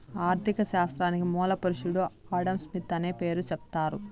ఆర్ధిక శాస్త్రానికి మూల పురుషుడు ఆడంస్మిత్ అనే పేరు సెప్తారు